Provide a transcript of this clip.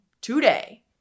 today